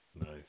Nice